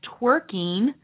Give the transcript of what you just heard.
twerking